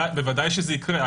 ודאי שזה יקרה.